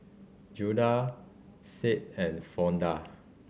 Judah Sade and Fonda